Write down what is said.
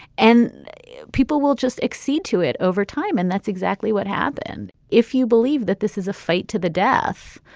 and people will just accede to it over time, and that's exactly what happened if you believe that this is a fight to the death,